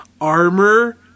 armor